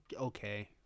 okay